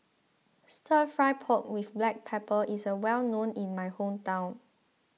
Stir Fry Pork with Black Pepper is well known in my hometown